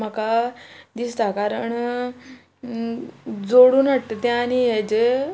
म्हाका दिसता कारण जोडून हाडटा आनी हेजे